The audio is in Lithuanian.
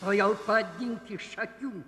tuojau pat dink iš akių